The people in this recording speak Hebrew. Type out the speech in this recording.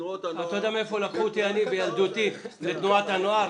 בתנועות הנוער --- אתה יודע מאיפה לקחו אותו בילדותי לתנועת הנוער?